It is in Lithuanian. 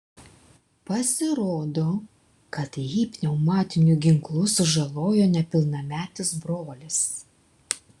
pasirodo kad jį pneumatiniu ginklu sužalojo nepilnametis brolis